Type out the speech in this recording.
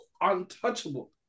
untouchable